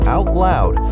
OutLoud